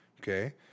Okay